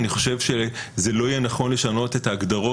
אני חושב שלא יהיה נכון לשנות את ההגדרות,